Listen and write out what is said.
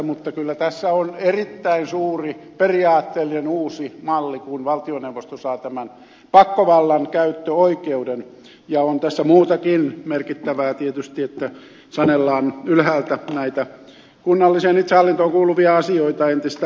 mutta kyllä tässä on erittäin suuri periaatteellinen uusi malli kun valtioneuvosto saa tämän pakkovallan käyttöoikeuden ja on tässä muutakin merkittävää tietysti kun sanellaan ylhäältä näitä kunnalliseen itsehallintoon kuuluvia asioita entistä voimallisemmin